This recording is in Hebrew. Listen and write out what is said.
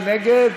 מי נגד?